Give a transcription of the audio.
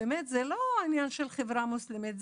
באמת, זה לא עניין של חברה מוסלמית.